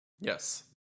Yes